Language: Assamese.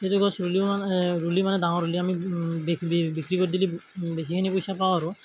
সেইটো গছ ৰুলেও মানে ৰুলে মানে ডাঙৰ হ'লে আমি বিক্ৰী কৰি দিলে বেচি কিনি পইচা পাওঁ আৰু